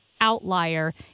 outlier